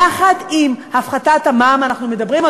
יחד עם הפחתת המע"מ אנחנו מדברים,